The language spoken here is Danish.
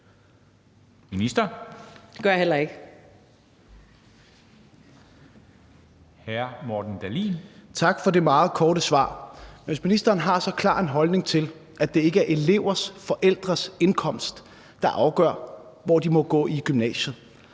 Morten Dahlin. Kl. 13:24 Morten Dahlin (V): Tak for det meget korte svar. Hvis ministeren har så klar en holdning til, at det ikke er elevers forældres indkomst, der afgør, hvor de må gå i gymnasiet,